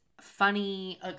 funny